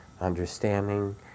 understanding